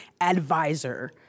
advisor